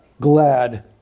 glad